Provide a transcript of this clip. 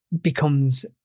becomes